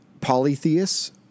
polytheists